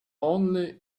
only